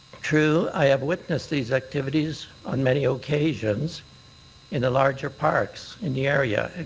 true, i have witnessed these activities on many occasions in the larger parks in the area.